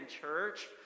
church